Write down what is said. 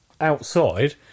outside